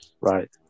Right